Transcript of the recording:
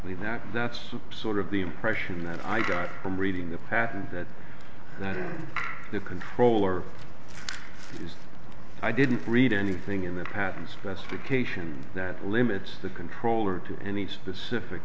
the that that's sort of the impression that i got from reading the patent that that the controller is i didn't read anything in the patent specification that limits the controller to any specific